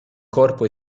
corpo